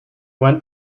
went